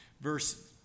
Verse